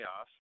off